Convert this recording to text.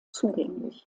zugänglich